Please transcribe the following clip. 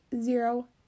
zero